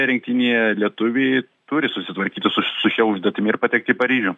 rinktinėje lietuviai turi susitvarkyti su su šia užduotimi ir patekti į paryžių